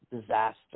disaster